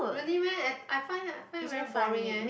really meh as I find I find very boring eh